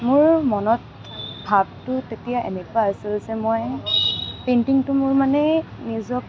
মোৰ মনত ভাৱটো তেতিয়া এনেকুৱা আছিল যে মই পেইণ্টিঙটো মোৰ মানে নিজক